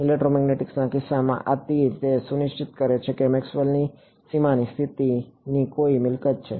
ઇલેક્ટ્રોમેગ્નેટિક્સના કિસ્સામાં આ તીર તે સુનિશ્ચિત કરે છે કે મેક્સવેલની સીમાની સ્થિતિની કઈ મિલકત છે